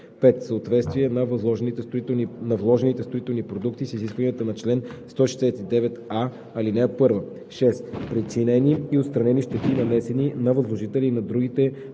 5. съответствие на вложените строителни продукти с изискванията на чл. 169а, ал. 1; 6. причинени и отстранени щети, нанесени на възложителя и на другите